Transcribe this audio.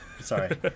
Sorry